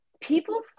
people